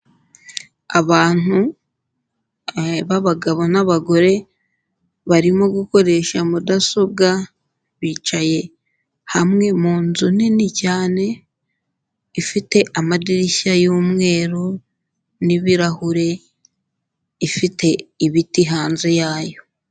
Abantu b'abagabo n'abagore barimo gukoresha mudasobwa bicaye hamwe mu nzu nini cyane ifite amadirishya y'umweru n'ibirahure, ifite ibiti hanze yayo.